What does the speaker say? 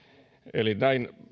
eli näin